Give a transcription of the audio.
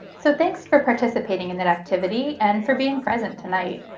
so thanks for participating in that activity and for being present tonight.